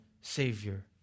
Savior